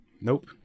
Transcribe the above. Nope